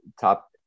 top